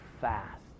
fast